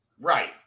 right